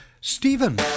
Stephen